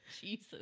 Jesus